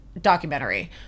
documentary